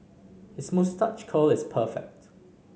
his moustache curl is perfect